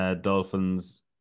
dolphins